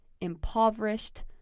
impoverished